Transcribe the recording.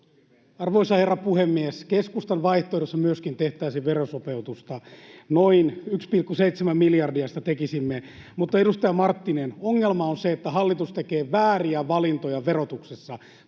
Arvoisa herra puhemies! Keskustan vaihtoehdossa myöskin tehtäisiin verosopeutusta, noin 1,7 miljardia sitä tekisimme, mutta edustaja Marttinen, ongelma on se, että hallitus tekee vääriä valintoja verotuksessa.